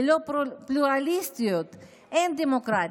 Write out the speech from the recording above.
ללא פלורליסטיות אין דמוקרטיה.